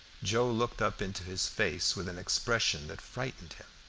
joe looked up into his face with an expression that frightened him.